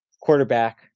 quarterback